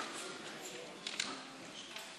גבוהה),